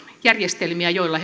järjestelmiä joilla